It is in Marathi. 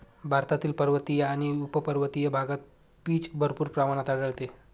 भारतातील पर्वतीय आणि उपपर्वतीय भागात पीच भरपूर प्रमाणात आढळते